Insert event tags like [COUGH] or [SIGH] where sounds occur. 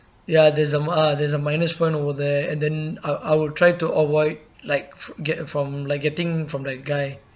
ya there's a m~ (uh huh) there's a minus point over there and then I I will try to avoid like f~ get from like getting from that guy [BREATH]